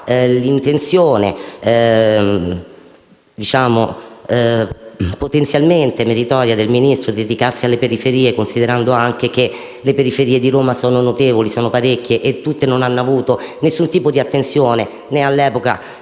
l'intenzione (potenzialmente meritoria) del Ministro di dedicarsi alle periferie, considerando anche che le periferie di Roma sono parecchie e non hanno avuto alcun tipo di attenzione quando